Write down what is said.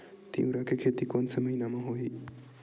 तीवरा के खेती कोन से महिना म होही?